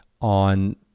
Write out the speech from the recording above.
on